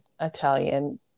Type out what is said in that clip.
italian